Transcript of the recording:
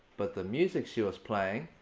but the music she was playing,